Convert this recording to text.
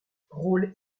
rôle